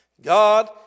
God